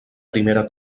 primera